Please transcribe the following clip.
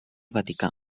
vaticà